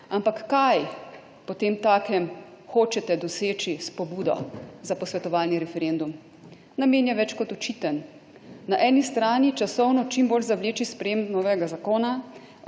Ampak kaj potemtakem hočete doseči s pobudo za posvetovalni referendum? Namen je več kot očiten. Na eni strani časovno čim bolj zavleči sprejetje novega Zakona